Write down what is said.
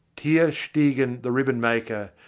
tersteegen the ribbon-maker,